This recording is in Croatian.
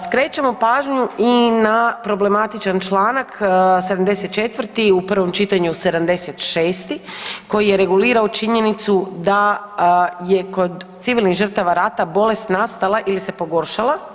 Skrećemo pažnju i na problematičan članak 74. u prvom čitanju 76. koji je regulirao činjenicu da je kod civilnih žrtava rata bolest nastala ili se pogoršala.